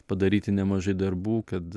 padaryti nemažai darbų kad